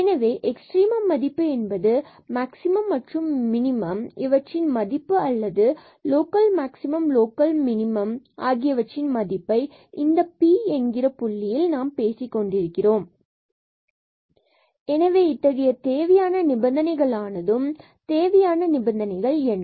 எனவே எக்ஸ்ட்ரீமம் மதிப்பு என்பது மேக்ஸிமம் மற்றும் மினிமம் இவற்றின் மதிப்பு அல்லது லோக்கல் மாக்சிமம் லோக்கல் மேக்சிமம் அல்லது லோக்கல் மினிமத்தின் மதிப்பை இந்த Pab புள்ளியில் நாம் பேசிக் கொண்டிருக்கிறோம் எனவே இத்தகைய தேவையான நிபந்தனைகள் ஆனதும் தேவையான நிபந்தனைகள் என்ன